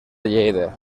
lleida